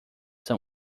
são